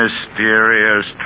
Mysterious